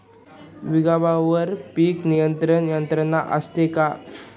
विभागवार पीक नियंत्रण यंत्रणा असते का?